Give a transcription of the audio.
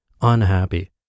unhappy